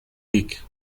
week